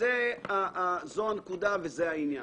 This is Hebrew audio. זאת הנקודה וזה העניין.